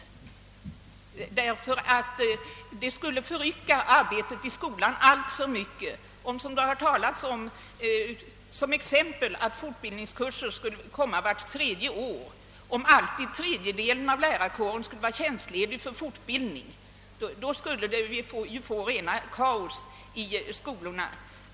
Om fortbildningen förläggs till terminerna, kommer detta att förrycka skolarbetet alltför mycket. Det har talats om att varje lärare skulle genomgå fortbildning vart tredje år, och det skulle alltså betyda att en tredjedel av lärarkåren vore ledig för fortbildning. Det skulle medföra rent kaos i skolorna.